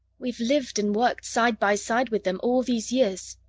we've lived and worked side by side with them all these years,